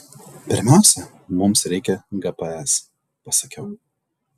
pirmiausia mums reikia gps pasakiau